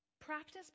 Practice